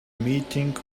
meeting